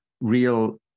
real